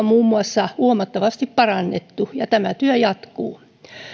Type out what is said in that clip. muun muassa on huomattavasti parannettu ja tämä työ jatkuu